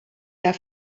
der